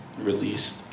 released